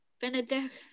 Benedict